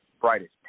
brightest